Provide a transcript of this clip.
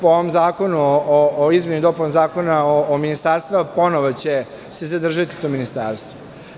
Po ovom zakonu o izmeni i dopuni Zakona o ministarstvima, ponovo će se zadržati to ministarstvo.